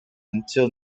until